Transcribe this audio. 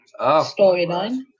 storyline